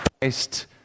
Christ